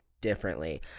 differently